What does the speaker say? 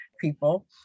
people